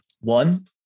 One